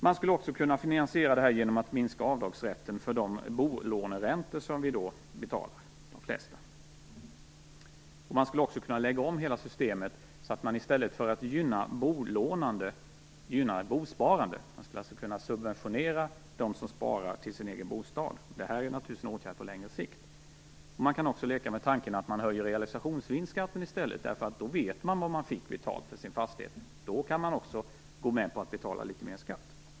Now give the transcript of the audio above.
Man skulle också kunna finansiera detta genom att minska avdragsrätten för de bolåneräntor som de flesta betalar. Man skulle också kunna lägga om hela systemet så att man i stället för att gynna bolånande gynnar bosparande. Man skulle alltså kunna subventionera dem som sparar till sin egen bostad. Det här är naturligtvis en åtgärd på längre sikt. Man kan också leka med tanken att man höjer realisationsvinstskatten i stället, därför att då vet man hur mycket man fick betalt för sin fastighet, och då kan man också gå med på att betala litet mer skatt.